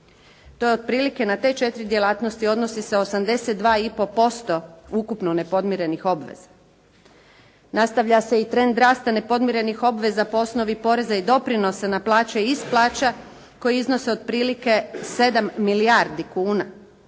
To je otprilike na te 4 djelatnosti odnosi se 82,5% ukupno nepodmirenih obveza. Nastavlja se i trend rasta nepodmirenih obveza po osnovi poreza i doprinosa na plaće i iz plaća koji iznose otprilike 7 milijardi kuna.